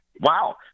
Wow